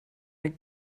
eine